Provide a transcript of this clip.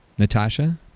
Natasha